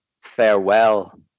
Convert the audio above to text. farewell